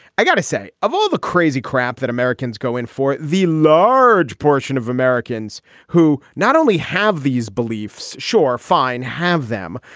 i've got to say, of all the crazy crap that americans go in for the large portion of americans who not only have these beliefs, sure, fine. have them,